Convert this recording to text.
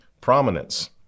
prominence